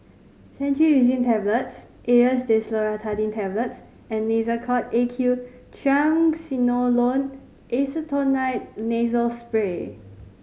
Cetirizine Tablets Aerius Desloratadine Tablets and Nasacort A Q Triamcinolone Acetonide Nasal Spray